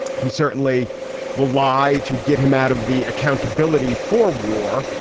he certainly will lie to get him out of the accountability for war.